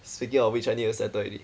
speaking of which I need to settle already